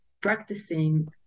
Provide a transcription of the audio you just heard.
practicing